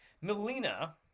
Melina